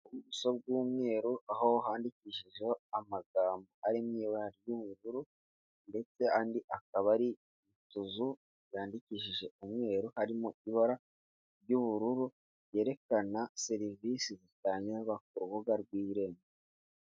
Ubuso bw'umweru aho handikishijeho amagambo ari mubara ry'ubururu, ndetse andi akaba utuzu yandikishije umweru harimo ibara ry'ubururu ryerekana serivisi zitangirwa ku rubuga rw'irembo.